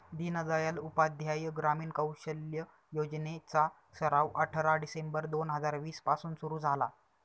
दीनदयाल उपाध्याय ग्रामीण कौशल्य योजने चा सराव अठरा डिसेंबर दोन हजार वीस पासून सुरू झाला